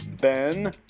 Ben